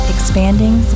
Expanding